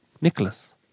Nicholas